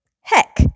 heck